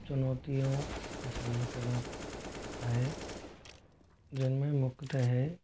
चुनौतियों का सामना करना पड़ता है जिनमे मुख्यतः है